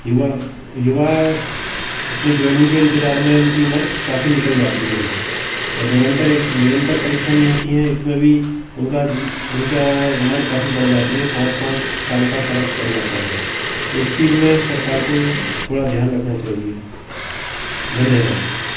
युवा युवा अपने जॉइनिंग के इंतजार में उनकी उम्र काफ़ी निकल जाती है और निरंतर एक निरंतर परेशानी होती है इसमें भी उनका जी उनका उम्र काफ़ी बढ़ जाती है पाँच पाँच साल का फ़र्क पड़ जाता है तो इस चीज़ में सरकार को थोड़ा ध्यान रखना चाहिए धन्यवाद